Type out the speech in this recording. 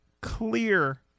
clear